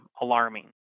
alarming